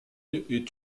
est